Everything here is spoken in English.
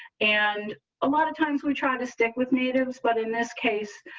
and a lot of times we tried to stick with natives. but in this case,